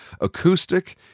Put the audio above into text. Acoustic